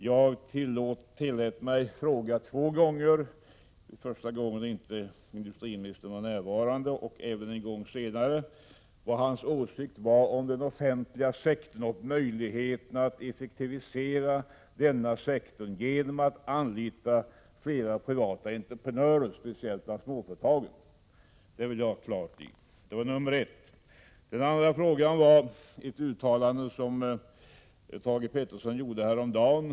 Jag tillät mig att fråga två gånger — den första gången var industriministern inte närvarande — efter industriministerns åsikt om den offentliga sektorn och möjligheterna att effektivisera denna sektor genom att anlita flera privata entreprenörer, speciellt bland småföretagen. Den frågan vill jag ha klarhet i. Det var min första fråga. Min andra fråga till industriministern gäller ett uttalande i Dagens Industri som han gjorde häromdagen.